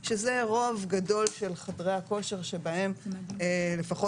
שזה רוב גדול של חדרי הכושר שבהם לפחות